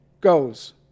goes